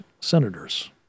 Senators